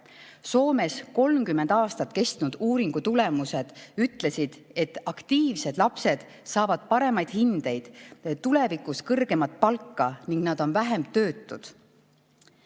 Soomes 30 aastat kestnud uuringu tulemused ütlesid, et aktiivsed lapsed saavad paremaid hindeid, tulevikus kõrgemat palka ning nad on vähem töötud.